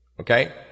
Okay